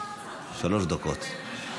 שלוש דקות.